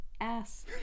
ass